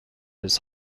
his